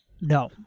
no